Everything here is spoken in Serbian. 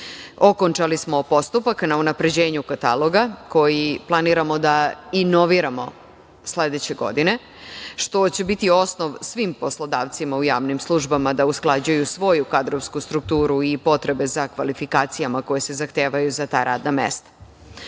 Okončali smo postupak na unapređenju kataloga koji planiramo da inoviramo sledeće godine, što će biti osnov svim poslodavcima u javnim službama da usklađuju svoju kadrovsku strukturu i potrebe za kvalifikacijama koje se zahtevaju za ta radna